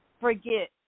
forget